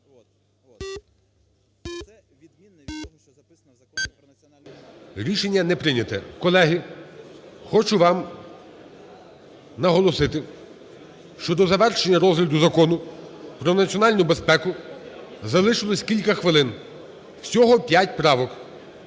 Рішення не прийняте. Колеги, хочу вам наголосити, що до завершення розгляду Закону про національну безпеку залишилось кілька хвилин, всього п'ять правок.